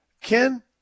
Ken